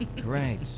Great